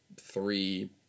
three